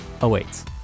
awaits